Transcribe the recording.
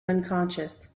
unconscious